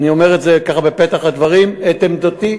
אני אומר את זה ככה בפתח הדברים, את עמדתי.